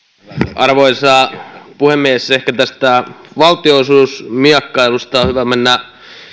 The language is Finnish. arvoisa puhemies ehkä tästä valtionosuusmiekkailusta on hyvä mennä